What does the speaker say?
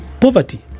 poverty